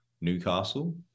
Newcastle